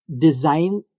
design